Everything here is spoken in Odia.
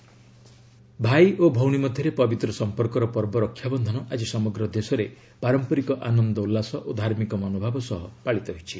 ରକ୍ଷାବନ୍ଧନ ଭାଇ ଓ ଭଉଣୀ ମଧ୍ୟରେ ପବିତ୍ର ସଂପର୍କର ପର୍ବ ରକ୍ଷାବନ୍ଧନ ଆଜି ସମଗ୍ର ଦେଶରେ ପାରମ୍ପରିକ ଆନନ୍ଦ ଉଲ୍ଲାସ ଓ ଧାର୍ମିକ ମନୋଭାବ ସହ ପାଳିତ ହୋଇଛି